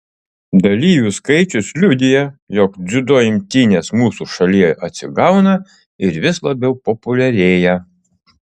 dalyvių skaičius liudija jog dziudo imtynės mūsų šalyje atsigauna ir vis labiau populiarėja